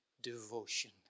devotion